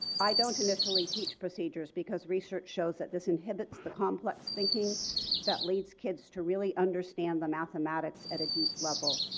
i don't initially teach procedures because research shows that this inhibits the complex thinking that leads kids to really understand the mathematics at a deep level.